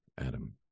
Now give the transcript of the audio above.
Adam